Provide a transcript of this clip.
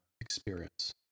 experience